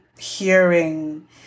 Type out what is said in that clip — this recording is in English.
hearing